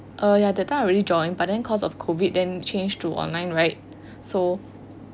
uh ya that time I already join but then cause of COVID then change to online right so